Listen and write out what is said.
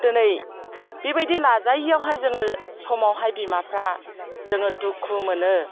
दिनै बिबायदि लाजायैयावहाय जोङो समावहाय बिमाफ्रा जोङो दुखु मोनो